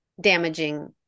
damaging